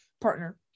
Partner